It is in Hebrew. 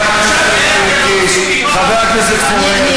חבר הכנסת יואב קיש, חבר הכנסת פורר, תודה רבה.